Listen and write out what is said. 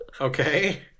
Okay